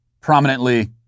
prominently